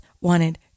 wanted